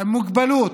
עם מוגבלות,